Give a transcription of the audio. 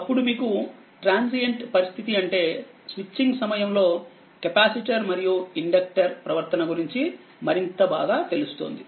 అప్పుడు మీకు ట్రాన్సియెంట్ పరిస్థితి అంటే స్విచింగ్ సమయం లో కెపాసిటర్ మరియు ఇండక్టర్ ప్రవర్తన గురించి మరింత బాగా తెలుస్తుంది